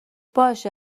باشه